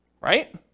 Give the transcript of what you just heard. right